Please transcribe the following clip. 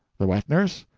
the wet-nurse?